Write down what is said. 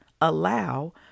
allow